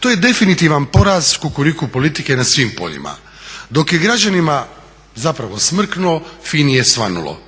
To je definitivan poraz kukuriku politike na svim poljima. Dok je građanima zapravo smrknulo FINA-i je svanulo